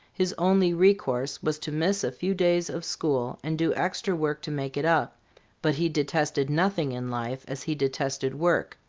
his only recourse was to miss a few days of school and do extra work to make it up but he detested nothing in life as he detested work,